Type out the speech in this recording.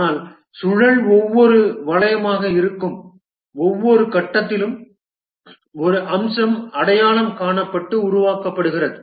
ஆனால் சுழல் ஒவ்வொரு வளையமாக இருக்கும் ஒவ்வொரு கட்டத்திலும் ஒரு அம்சம் அடையாளம் காணப்பட்டு உருவாக்கப்படுகிறது